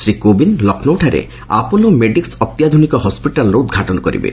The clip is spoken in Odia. ଶ୍ରୀ କୋବିନ୍ଦ ଲକ୍ଷ୍ନୌଠାରେ ଆପୋଲୋ ମେଡିକ୍ୱ ଅତ୍ୟାଧୁନିକ ହସ୍କିଟାଲ୍ର ଉଦ୍ଘାଟନ କରିବେ